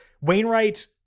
Wainwright